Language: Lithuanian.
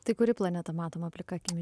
tai kuri planeta matoma plika akimi